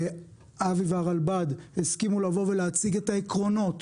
אבי והרלב"ד הסכימו לבוא ולהציג את העקרונות